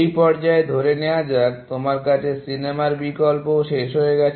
এই পর্যায়ে ধরে নেয়া যাক তোমার কাছে সিনেমার বিকল্পও শেষ হয়ে গেছে